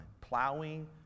Plowing